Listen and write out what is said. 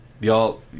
Y'all